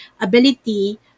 ability